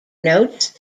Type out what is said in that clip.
notes